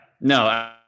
No